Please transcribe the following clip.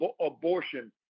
abortion